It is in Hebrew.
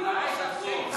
כן?